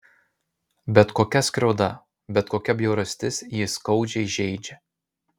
bet kokia skriauda bet kokia bjaurastis jį skaudžiai žeidžia